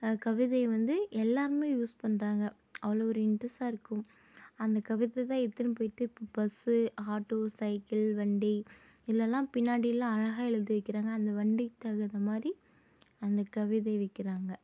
கவிதை வந்து எல்லாருமே யூஸ் பண்ணுறாங்க அவ்வளோ ஒரு இன்ட்ரெஸ்ட்டாக இருக்கும் அந்த கவிதை தான் எடுத்துன்னு போய்ட்டு இப்போ பஸ்ஸு ஆட்டோ சைக்கிள் வண்டி இதிலலாம் பின்னாடிலாம் அழகாக எழுதி வைக்கிறாங்கள் அந்த வண்டிக்கு தகுந்தமாதிரி அந்த கவிதை வைக்கிறாங்கள்